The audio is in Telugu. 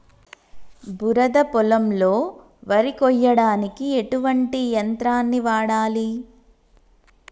బురద పొలంలో వరి కొయ్యడానికి ఎటువంటి యంత్రాన్ని వాడాలి?